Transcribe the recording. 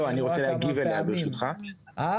תגיד מה